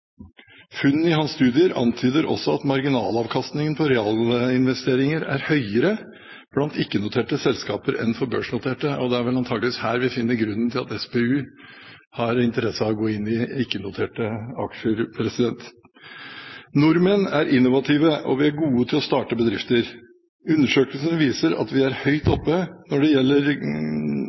i hans studier antyder også at marginalavkastningen på realinvesteringer er høyere blant ikke-noterte selskaper enn for børsnoterte, og det er vel antageligvis her vi finner grunnen til at SPU har interesse av å gå inn i ikke-noterte aksjer. Nordmenn er innovative, og vi er gode til å starte bedrifter. Undersøkelser viser at vi er høyt oppe når det gjelder